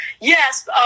Yes